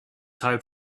hard